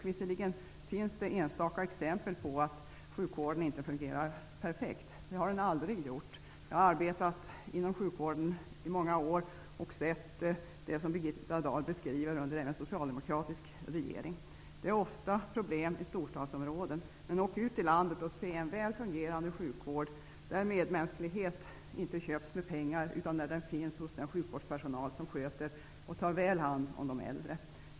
Visserligen finns det enstaka exempel på att sjukvården inte fungerar perfekt. Det har den aldrig gjort. Jag har arbetat inom sjukvården i många år och sett de brister som Birgitta Dahl beskriver även under socialdemokratisk regering. Det är ofta problem i storstadsområden. Men åk ut i landet och se en väl fungerande sjukvård, där medmänsklighet inte köps för pengar utan där den finns hos den sjukvårdspersonal som tar väl hand om de äldre.